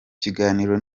kiganiro